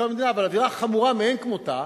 המדינה אבל עבירה חמורה מאין כמותה,